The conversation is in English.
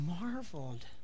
marveled